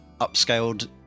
upscaled